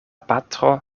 patro